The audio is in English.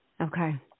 okay